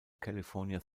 california